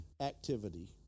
activity